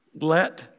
let